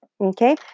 Okay